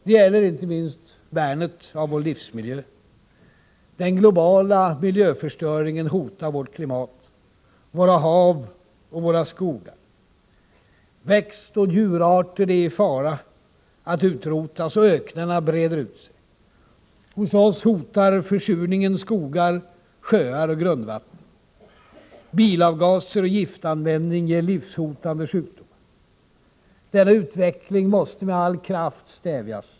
Det gäller inte minst värnet av vår livsmiljö. Den globala miljöförstöringen hotar vårt klimat, våra hav och våra skogar. Växtoch djurarter är i fara att utrotas, och öknarna breder ut sig. Hos oss hotar försurningen, skogar, sjöar och grundvatten. Bilavgaser och giftanvändning ger livshotande sjukdomar. Den utvecklingen måste med all kraft stävjas.